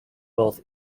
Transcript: both